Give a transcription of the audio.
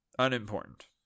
Unimportant